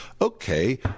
okay